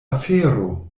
afero